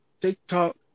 TikTok